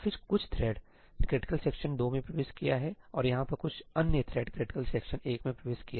और फिर कुछ थ्रेड क्रिटिकल सेक्शन 2 में प्रवेश किया और यहाँ पर कुछ अन्य थ्रेड क्रिटिकल सेक्शन1 में प्रवेश किया